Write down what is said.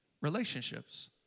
relationships